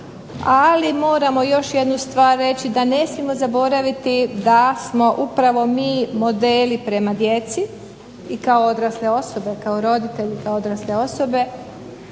ali moramo još jednu stvar reći, da ne smijemo zaboraviti da smo upravo mi modeli prema djeci i kao odrasle osobe, kao roditelji, kao odrasle osobe,